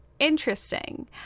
interesting